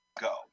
go